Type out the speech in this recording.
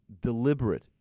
deliberate